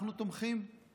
אנחנו תומכים בעיגון